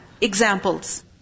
Examples